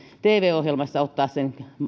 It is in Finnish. tv ohjelmassa ottaa sen